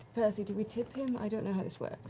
percy, do we tip him? i don't know how this works.